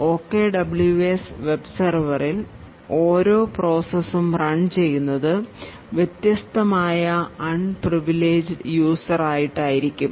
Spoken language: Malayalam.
OKWS web serverൽ ഓരോ process ഉം റൺ ചെയ്യുന്നത് വ്യത്യസ്തമായ അൺ പ്രിവിലേജ് യൂസർ ആയിട്ടായിരിക്കും